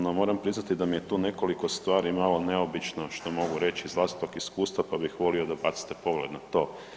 No, moram priznati da mi je tu nekoliko stvari malo neobično, što mogu reći iz vlastitog iskustva, pa bih volio da bacite pogled na to.